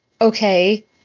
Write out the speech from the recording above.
okay